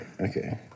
okay